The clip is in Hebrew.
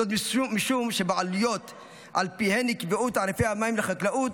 זאת משום שבעלויות שעל פיהן נקבעו תעריפי המים לחקלאות